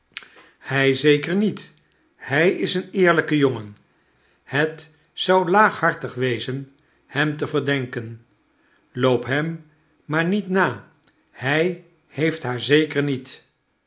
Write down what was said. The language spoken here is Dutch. hij zeker niet hij is een eerlijke jongen het zou laaghartig wezen hem te verdenken loop hem maar niet na hij heeft haar zeker niet